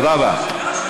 תודה רבה.